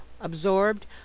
absorbed